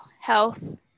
health